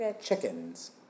chickens